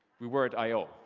we were at i